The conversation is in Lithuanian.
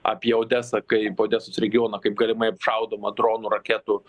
apie odesą kaip odesos regioną kaip galimai apšaudomą dronų raketų